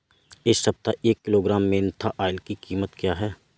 इस सप्ताह एक किलोग्राम मेन्था ऑइल की कीमत क्या है?